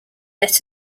better